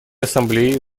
ассамблеи